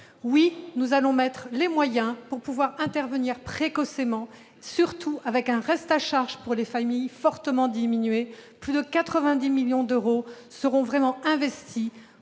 Oui, nous allons mettre les moyens pour pouvoir intervenir précocement, surtout avec un reste à charge pour les familles fortement diminué : plus de 90 millions d'euros seront vraiment investis